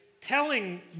telling